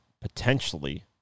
potentially